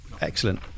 excellent